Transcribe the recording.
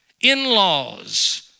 in-laws